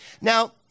Now